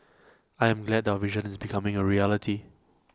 I am glad that our vision is becoming A reality